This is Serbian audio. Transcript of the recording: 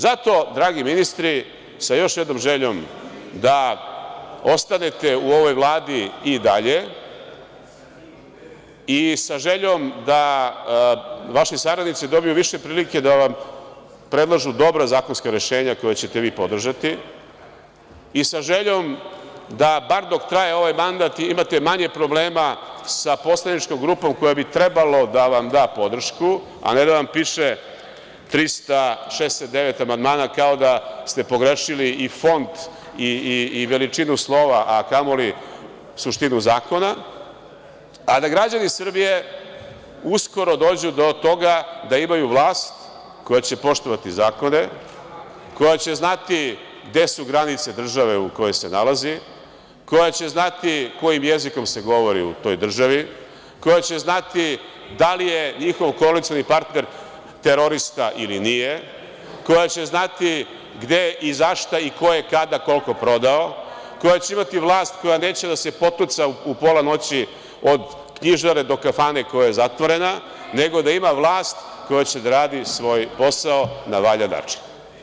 Zato dragi ministri, sa još jednom željom da ostanete u ovoj Vladi i dalje, i sa željom da vaši saradnici dobiju više prilike da vam predlažu dobra zakonska rešenja koja ćete vi podržati i sa željom da bar dok traje ovaj mandat imate manje problema sa poslaničkom grupom koja bi trebalo da vam da podršku, a ne da vam piše 369 amandmana kao da ste pogrešili i font i veličinu slova, a kamoli suštinu zakona, a da građani Srbije uskoro dođu do toga da imaju vlast koja će poštovati zakone, koja će znati gde su granice države u kojoj se nalazi, koja će znati kojim jezikom se govori u toj državi, koja će znati da li je njihov koalicioni partner terorista ili nije, koja će znati gde i zašta i koje kada koliko prodao, koja će imati vlast koja neće da se potuca u pola noći od knjižare do kafane koja je zatvorena, nego da ima vlast koja će da radi svoj posao na valjan način.